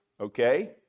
Okay